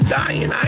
dying